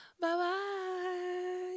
Bye-bye